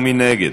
מי נגד?